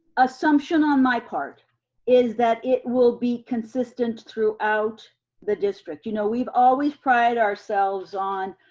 assumption on my part is that it will be consistent throughout the district. you know we've always prided ourselves on,